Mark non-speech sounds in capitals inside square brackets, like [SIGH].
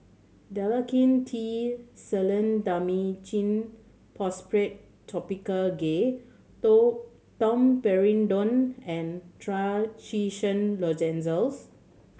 Dalacin T Clindamycin Phosphate Topical Gel [UNINTELLIGIBLE] Domperidone and Trachisan Lozenges